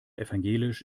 evangelisch